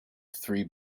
three